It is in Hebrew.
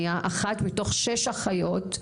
אני אחת מתוך שש אחיות,